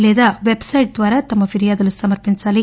లేదా వెబ్సెట్ ద్వారా తమ ఫిర్యాదులు సమర్పించాలి